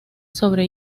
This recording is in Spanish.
sobre